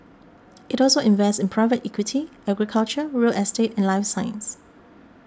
it also invests in private equity agriculture real estate and life science